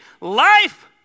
Life